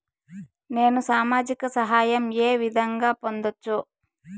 నేను సామాజిక సహాయం వే విధంగా పొందొచ్చు?